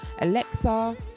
Alexa